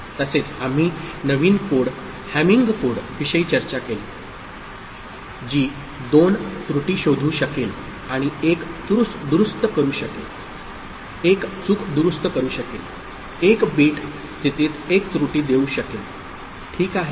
तसेच आम्ही नवीन कोड हॅमिंग कोड विषयी चर्चा केली जी 2 त्रुटी शोधू शकेल आणि 1 चूक दुरुस्त करु शकेल 1 बिट स्थितीत 1 त्रुटी देऊ शकेल ठीक आहे